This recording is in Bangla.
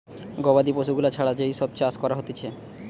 গবাদি পশু গুলা ছাড়া যেই সব চাষ করা হতিছে